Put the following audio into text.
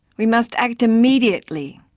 we must act immediately,